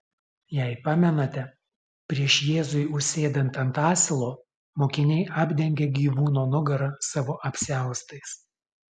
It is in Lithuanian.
jei pamenate prieš jėzui užsėdant ant asilo mokiniai apdengia gyvūno nugarą savo apsiaustais